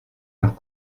nach